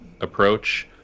approach